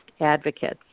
advocates